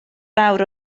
fawr